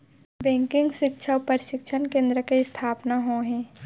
banking सिक्छा अउ परसिक्छन केन्द्र के इस्थापना होय हे